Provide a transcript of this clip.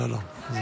לא, לא.